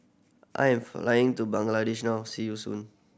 I am flying to Bangladesh now see you soon